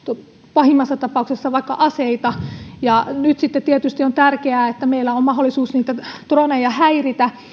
pahimmassa tapauksessa vaikka aseita nyt sitten tietysti on tärkeää että meillä on mahdollisuus niitä droneja häiritä